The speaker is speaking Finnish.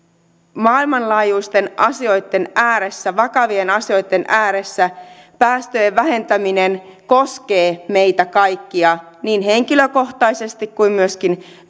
maailmanlaajuisten asioitten ääressä vakavien asioitten ääressä päästöjen vähentäminen koskee meitä kaikkia niin henkilökohtaisesti kuin myöskin